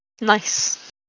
Nice